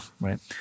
right